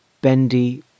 bendy